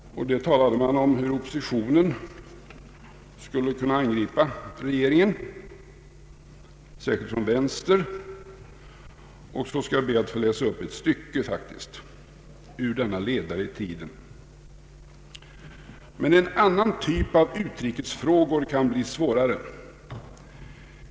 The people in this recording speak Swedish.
Där talade man om hur oppositionen skulle kunna angripa regeringen särskilt från vänster. Jag skall be att få citera ett stycke ur denna ledare: ”Men en annan typ av utrikesfrågor kan bli svårare.